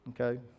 okay